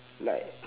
like